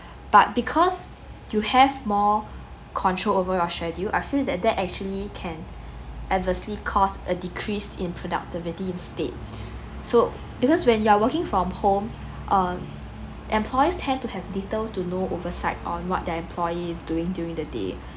but because you have more control over your schedule I feel that that actually can adversely cause a decrease in productivity instead so because when you're working from home uh employers tend to have little to no oversight on what their employee's doing during the day